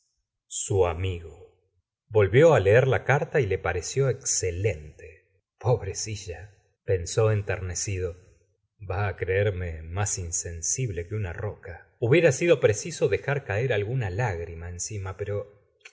su amigo volvió á leer la carta y le pareció excelente pobrecilla pensó enternecido va á creerme más insensible que una roca hubiera sido preciso dejar caer alguna lágrima encima pero